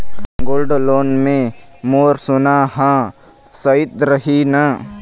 Gold loan मे मोर सोना हा सइत रही न?